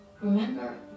remember